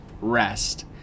rest